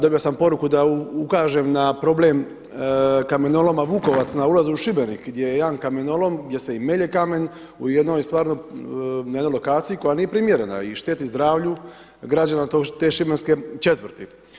Dobio sam poruku da ukažem na problem Kamenoloma Vukovac na ulazu u Šibenik gdje je jedan kamenolom, gdje se i melje kamen u jednoj stvarnoj na jednoj lokaciji koja nije primjerena i šteti zdravlju građana te šibenske četvrti.